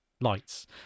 lights